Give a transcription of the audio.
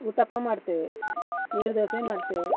ಉತ್ತಪ್ಪ ಮಾಡ್ತೇವೆ ನೀರುದೋಸೆ ಮಾಡ್ತೇವೆ